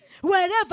wherever